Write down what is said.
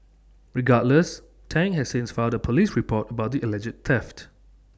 regardless Tang has since filed A Police report about the alleged theft